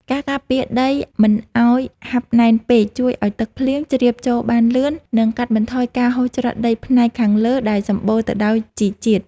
ការការពារដីមិនឱ្យហាប់ណែនពេកជួយឱ្យទឹកភ្លៀងជ្រាបចូលបានលឿន និងកាត់បន្ថយការហូរច្រោះដីផ្នែកខាងលើដែលសម្បូរទៅដោយជីជាតិ។